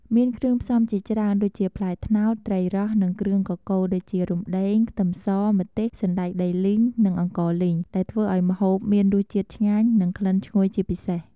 មានគ្រឿងផ្សំជាច្រើន ដូចជា ផ្លែត្នោត ត្រីរ៉ស់ និងគ្រឿងកកូរដូចជា រំដេង ខ្ទឹមស ម្ទេស សណ្ដែកដីលីង និងអង្ករលីង ដែលធ្វើឱ្យម្ហូបមានរសជាតិឆ្ងាញ់ និងក្លិនឈ្ងុយជាពិសេស។